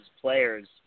players